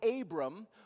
Abram